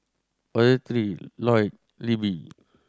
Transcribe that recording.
Ottilie Lloyd Libbie